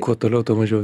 kuo toliau tuo mažiau